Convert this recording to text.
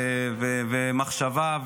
ומחשבה,